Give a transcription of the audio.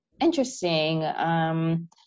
interesting